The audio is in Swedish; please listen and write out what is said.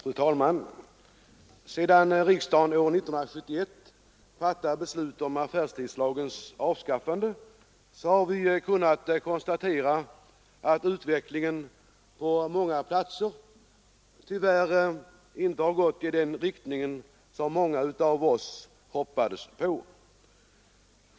Fru talman! Sedan riksdagen år 1971 fattade beslut om affärstids lagens avskaffande har vi kunnat konstatera att utvecklingen på många platser tyvärr inte gått i den riktning många av oss hoppades på.